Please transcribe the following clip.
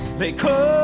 they couldn't